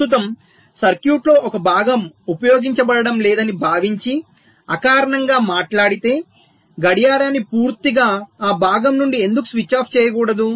ప్రస్తుతం సర్క్యూట్లో ఒక భాగం ఉపయోగించబడడం లేదని భావించి అకారణంగా మాట్లాడితే గడియారాన్ని పూర్తిగా ఆ భాగం నుండి ఎందుకు స్విచ్ ఆఫ్ చేయకూడదు